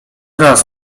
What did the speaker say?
raz